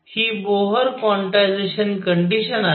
ही Bohr quantization condition आहे